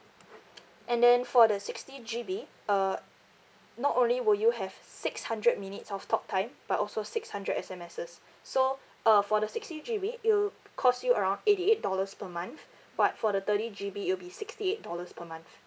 and then for the sixty G_B uh not only will you have six hundred minutes of talk time but also six hundred S_M_Ses so uh for the sixty G_B it'll cost you around eighty eight dollars per month but for the thirty G_B it'll be sixty eight dollars per month